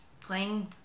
playing